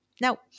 Now